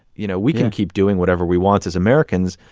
you know, we can keep doing whatever we want as americans.